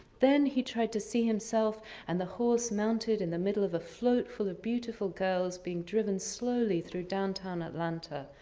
then he tried to see himself and the horse mounted in the middle of the float full of beautiful girls being driven slowly through downtown atlanta.